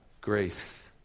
grace